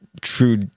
true